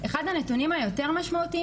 גם הממשלתיים